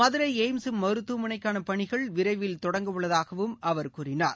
Madurai AIIMS மருத்துவமனைக்கான பணிகள் விரைவில் தொடங்கவுள்ளதாகவும் அவர் கூறினார்